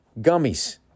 gummies